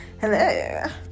Hello